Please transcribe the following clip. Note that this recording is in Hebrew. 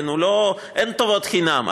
אין טובות חינם.